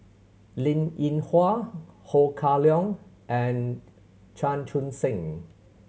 Linn In Hua Ho Kah Leong and Chan Chun Sing